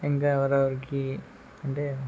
ఇంకా ఎవరెవరికి అంటే